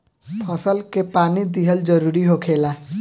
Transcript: फसल के पानी दिहल जरुरी होखेला